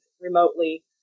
remotely